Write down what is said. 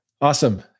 Awesome